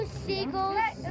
seagulls